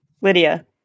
Lydia